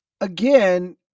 again